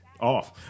Off